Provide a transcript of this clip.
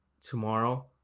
tomorrow